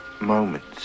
moments